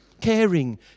caring